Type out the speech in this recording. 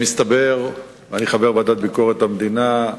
אני חבר בוועדה לביקורת המדינה.